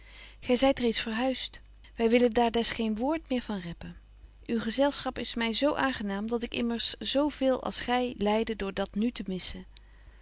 gy zyt reeds verhuist wy willen daar des geen woord meer van reppen uw gezelschap is my zo aangenaam dat ik immers zo veel als gy lyde door dat nu te missen